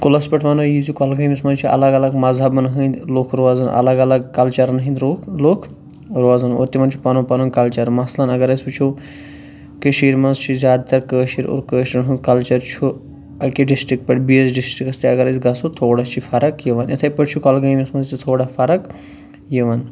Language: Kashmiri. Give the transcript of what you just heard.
کُلَس پٮ۪ٹھ وَنو یہِ زِ کۄلگٲمِس منٛز چھِ الگ الگ مذہبن ہنٛدۍ لوٗکھ روزان الگ الگ کَلچَرَن ہنٛدۍ روکھ لوٗکھ روزان اور تِمَن چھُ پَنُن پَنُن کَلچَر مثلًا اگر أسۍ وُچھو کٔشیٖرِ منٛز چھِ زیادٕ تَر کٲشِر اور کٲشریٚن ہُنٛد کَلچَر چھُ اَکہِ ڈِسٹِرٛکٹ پٮ۪ٹھ بیٚیِس ڈِسٹِرٛکَس تہِ اگر أسۍ گژھو تھوڑا چھِ فرق یِوان یِتھٔے پٲٹھۍ چھِ کۄلگٲمِس منٛز تہِ تھوڑا فرق یِوان